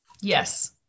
Yes